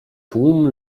tłum